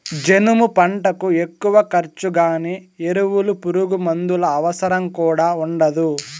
జనుము పంటకు ఎక్కువ ఖర్చు గానీ ఎరువులు పురుగుమందుల అవసరం కూడా ఉండదు